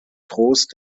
trost